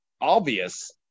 obvious